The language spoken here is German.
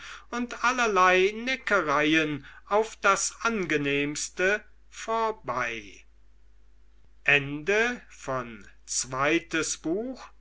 und allerlei neckereien auf das angenehmste vorbei